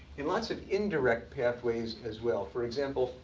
and lots of indirect pathways as well. for example,